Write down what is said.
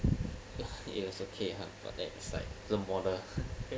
yes okay hmm but that's like the border